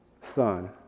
son